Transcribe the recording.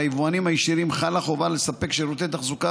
על היבואנים הישירים חלה חובה לספק שירותי תחזוקה